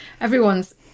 everyone's